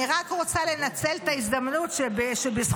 אני רק רוצה לנצל את ההזדמנות שבזכותך,